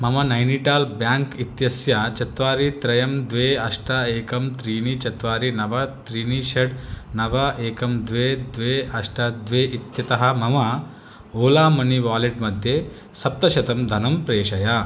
ममनैनीटाल् bank इत्यस्य चत्वारि त्रयं द्वे अष्ट एकं त्रीणि चत्वारि नव त्रीणि षट् नव एकं द्वे द्वे अष्ट द्वे इत्यतः मम ओला मनी वालेट् मध्ये सप्तशतं धनं प्रेषय